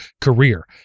career